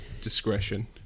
discretion